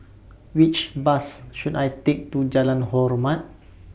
Which Bus should I Take to Jalan Hormat